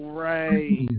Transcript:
right